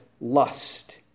lust